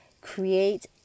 create